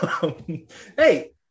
Hey